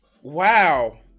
Wow